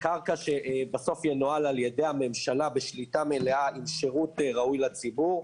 קרקע שבסוף ינוהל על ידי הממשלה בשליטה מלאה עם שירות ראוי לציבור.